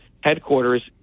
headquarters